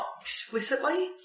explicitly